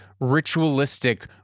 ritualistic